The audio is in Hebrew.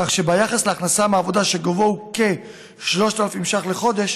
כך שביחס להכנסה מעבודה שגובהה הוא כ-3,300 שקל לחודש,